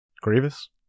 grievous